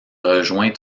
rejoint